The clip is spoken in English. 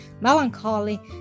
melancholy